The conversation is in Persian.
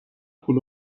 پول